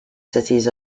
cities